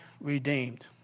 redeemed